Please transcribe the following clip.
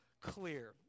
clear